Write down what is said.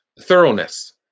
thoroughness